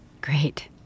Great